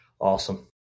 Awesome